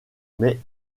mais